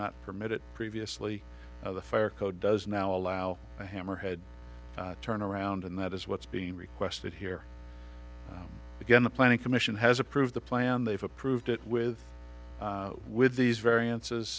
not permit it previously the fire code does now allow a hammerhead turnaround and that is what's being requested here again the planning commission has approved the plan they've approved it with with these variances